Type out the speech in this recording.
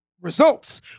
results